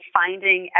finding